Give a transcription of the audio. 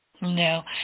No